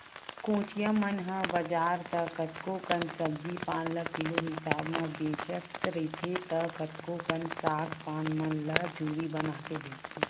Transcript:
कोचिया मन ह बजार त कतको कन सब्जी पान ल किलो हिसाब म बेचत रहिथे त कतको कन साग पान मन ल जूरी बनाके बेंचथे